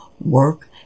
work